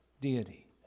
deity